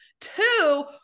two